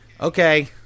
Okay